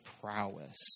prowess